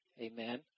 amen